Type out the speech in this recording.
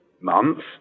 months